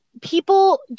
people